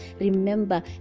remember